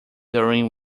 during